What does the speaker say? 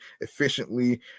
efficiently